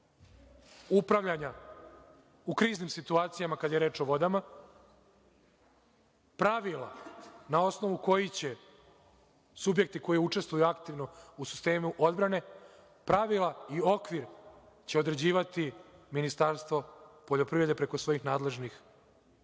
upravljanja u kriznim situacijama, kada je reč o vodama, pravila na osnovu kojih će subjekti koji učestvuju aktivno u sistemu odbrane, pravila i okvir će određivati Ministarstvo poljoprivrede preko svojih nadležnih